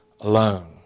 alone